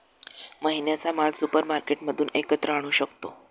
महिन्याचा माल सुपरमार्केटमधून एकत्र आणू शकतो